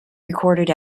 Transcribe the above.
recorded